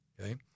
Okay